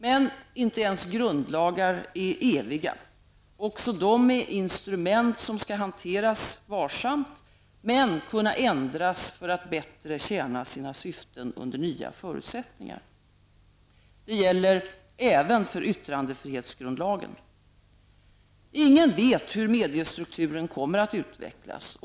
Men inte ens grundlagar är eviga. Också de är instrument som skall hanteras varsamt men kunna ändras för att bättre tjäna sina syften under nya förutsättningar. Det gäller även yttrandefrihetsgrundlagen. Ingen vet hur mediestrukturen kommer att utvecklas.